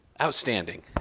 Outstanding